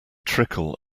trickle